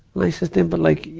i said to him, but like,